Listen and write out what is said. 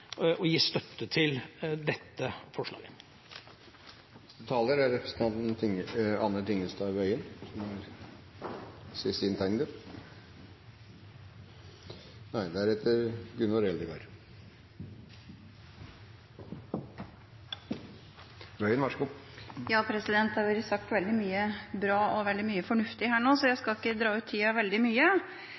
å gi støtte til dette forslaget. Det har vært sagt veldig mye bra og veldig mye fornuftig her, så jeg skal ikke dra ut tida veldig mye.